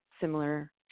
similar